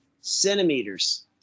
Centimeters